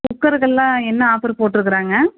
குக்கர்ருக்கு எல்லாம் என்ன ஆஃபர் போட்டுருக்காங்க